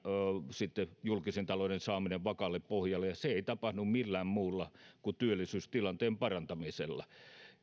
sitten julkisen talouden saaminen vakaalle pohjalle ja se ei tapahdu millään muulla kuin työllisyystilanteen parantamisella